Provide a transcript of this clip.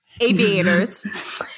aviators